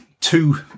two